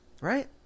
right